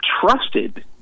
trusted